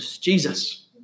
Jesus